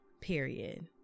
period